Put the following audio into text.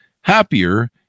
happier